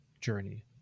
journey